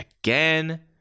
again